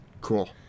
Cool